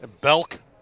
Belk